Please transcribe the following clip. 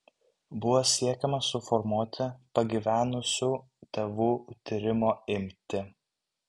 buvo siekiama suformuoti pagyvenusių tėvų tyrimo imtį